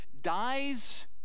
dies